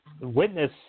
witness